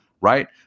Right